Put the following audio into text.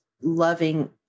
loving